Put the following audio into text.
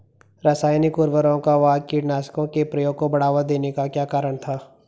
रासायनिक उर्वरकों व कीटनाशकों के प्रयोग को बढ़ावा देने का क्या कारण था?